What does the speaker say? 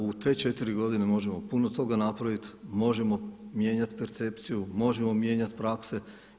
U te četiri godine možemo puno toga napraviti, možemo mijenjat percepciju, možemo mijenjat prakse.